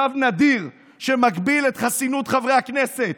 צו נדיר שמגביל את חסינות חברי הכנסת,